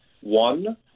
One